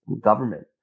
Government